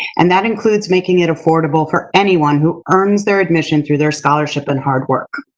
and that includes making it affordable for anyone who earns their admission through their scholarship and hard work.